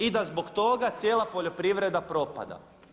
I da zbog toga cijela poljoprivreda propada.